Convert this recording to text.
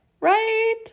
right